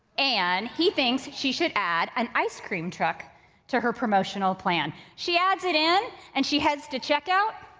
and he thinks she should add an ice cream truck to her promotional plan. she adds it in and she heads to check out.